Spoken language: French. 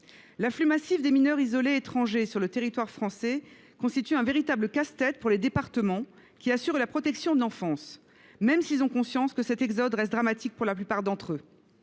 L’afflux massif de mineurs isolés étrangers sur le territoire français constitue un véritable casse tête pour les départements, qui assurent la protection de l’enfance, même si ceux ci ont conscience que cet exode reste dramatique pour la plupart de ces